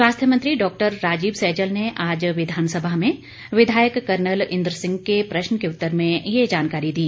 स्वास्थ्य मंत्री डॉ राजीव सैजल ने आज विधानसभा में विधायक कर्नल इंद्र सिंह के प्रश्न के उत्तर में ये जानकारी दी